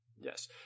yes